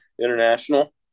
international